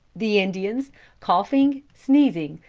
the indians coughing, sneezing,